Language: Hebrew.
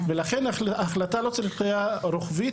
ולכן ההחלטה לא צריכה להיות רוחבית.